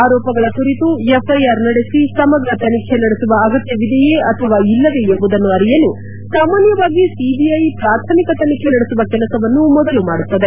ಆರೋಪಗಳ ಕುರಿತು ಎಫ್ಐಆರ್ ನಡೆಸಿ ಸಮಗ್ರ ತನಿಖೆ ನಡೆಸುವ ಅಗತ್ಯವಿದೆಯೇ ಅಥವಾ ಇಲ್ಲವೇ ಎಂಬುದನ್ನು ಅರಿಯಲು ಸಾಮಾನ್ಯವಾಗಿ ಸಿಬಿಐ ಪ್ರಾಥಮಿಕ ತನಿಖೆ ನಡೆಸುವ ಕೆಲಸವನ್ನು ಮೊದಲು ಮಾಡುತ್ತದೆ